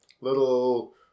little